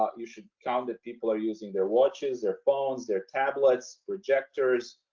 ah you should count that people are using their watches their phones, their tablets, projectors,